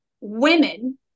women